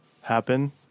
happen